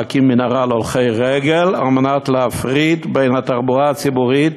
להקים מנהרה להולכי רגל על מנת להפריד את התחבורה הציבורית